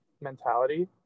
mentality